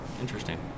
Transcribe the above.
Interesting